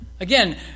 Again